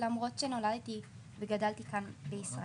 למרות שנולדתי וגדלתי כאן בישראל,